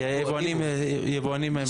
יבואנים מהארץ.